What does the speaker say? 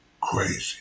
crazy